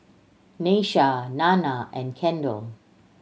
Nyasia Nanna and Kendell